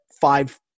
five